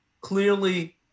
clearly